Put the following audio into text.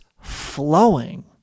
flowing